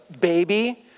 baby